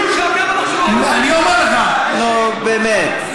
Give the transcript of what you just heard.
נו, באמת.